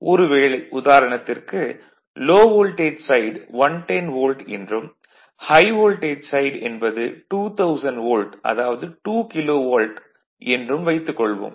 ஒரு வேளை உதாரணத்திற்கு லோ வோல்டேஜ் சைட் 110 வோல்ட் என்றும் ஹை வோல்டேஜ் சைட் என்பது 2000 வோல்ட் அதாவது 2 KV என்றும் வைத்துக் கொள்வோம்